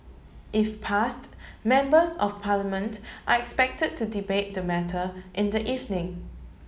if passed Members of Parliament are expected to debate the matter in the evening